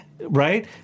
right